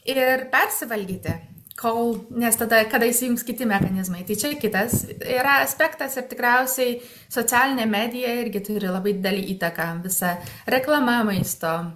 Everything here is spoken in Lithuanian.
ir persivalgyti kol nes tada kada įsijungs kiti mechanizmai tai čia kitas yra aspektas ir tikriausiai socialinė medija irgi turi labai didelę įtaką visa reklama maisto